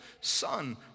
son